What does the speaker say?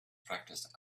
practiced